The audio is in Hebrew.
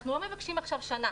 אנחנו לא מבקשים עכשיו שנה.